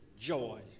joy